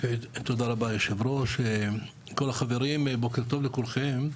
תודה רבה יושב הראש, כל החברים, בוקר טוב לכולכם.